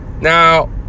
now